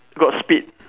got spit